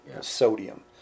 Sodium